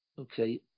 Okay